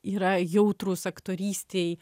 yra jautrūs aktorystei